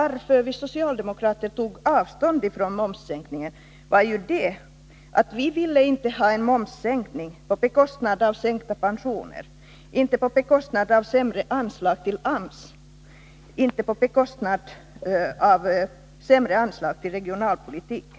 Anledningen till att vi socialdemokrater tog avstånd från momssänkningen var att vi inte ville ha en sådan till priset av sänkta pensioner, till priset av lägre anslag till AMS och till priset av lägre anslag till regionalpolitiken.